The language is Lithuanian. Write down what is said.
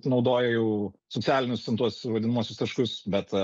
naudoja jau socialinius ten tuos vadinamuosius taškus bet